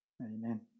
Amen